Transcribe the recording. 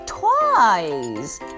twice